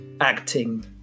acting